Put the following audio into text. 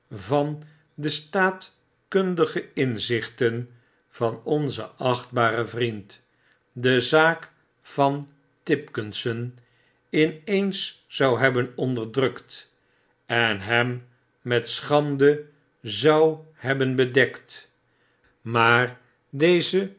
van de staatkundige inzichten van onzen achtbaren vriend de zaak van tipkisson in eens zou hebben onderdrukt en hem met schande zou hebben bedekt maar deze